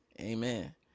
amen